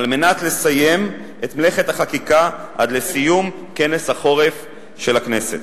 על מנת לסיים את מלאכת החקיקה עד לסיום כנס החורף של הכנסת.